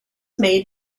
made